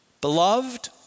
Beloved